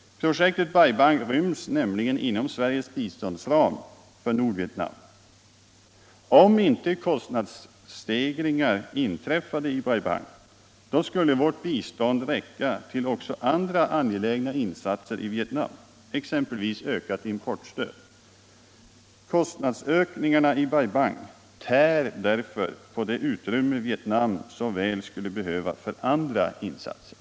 Projektet Bai Bang ryms nämligen inom Sveriges biståndsram för Nordvietnam. Om inte kostinadsstegringar inträffade i Bai Bang, skulle vårt bistånd räcka också till andra angelägna insatser i Vietnam. exempelvis ökat importstöd. Kostnadsökningarna i Bai Bang tär därför på det utrymme Vietnam så väl skulle behöva för andra insatser.